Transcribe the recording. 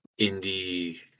indie